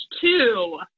two